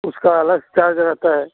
उसका अलग चार्ज रहता है